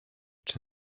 czy